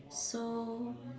so